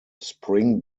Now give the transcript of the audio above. spring